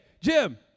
Jim